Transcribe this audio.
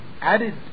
added